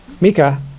Mika